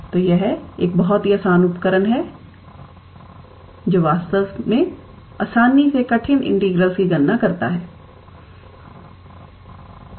तो यह एक बहुत ही आसान उपकरण है जो वास्तव में आसानी से कठिन इंटीग्रल्स की गणना करता है